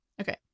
Okay